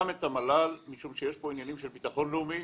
את המל"ל כי יש פה עניינים של ביטחון לאומי,